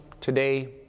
today